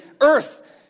earth